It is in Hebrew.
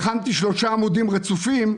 הכנתי שלושה עמודים רצופים,